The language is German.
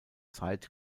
zeit